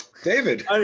David